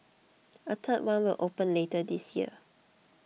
a third one will open later this year